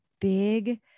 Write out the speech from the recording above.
big